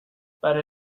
برای